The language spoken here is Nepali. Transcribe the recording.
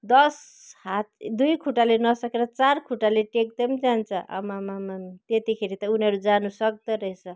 दस हात दुई खुट्टाले नसकेर चार खुट्टाले टेक्दै पनि जान्छ आमामामामा त्यतिखेर त उनीहरू जान सक्दोरहेछ